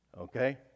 okay